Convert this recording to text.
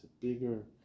bigger